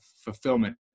fulfillment